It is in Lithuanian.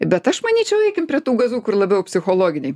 bet aš manyčiau eikim prie tų gazų kur labiau psichologiniai